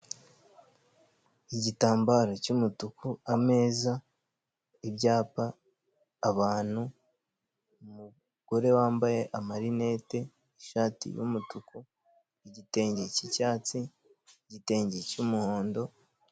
Igitambaro cy'umutuku, ameza, ibyapa, abantu, umugore wambaye amarinete, ishati y'umutuku, igitenge cy'icyatsi, igitenge cy'umuhondo...